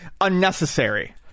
Unnecessary